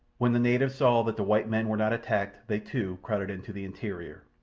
when the natives saw that the white men were not attacked they, too, crowded into the interior,